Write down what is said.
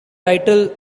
title